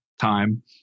time